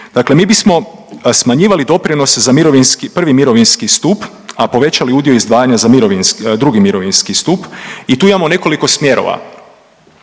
dakle mi bismo smanjivali doprinose za prvi mirovinski stup, a povećali udio izdvajanja za drugi mirovinski stup i tu imamo nekoliko smjerova.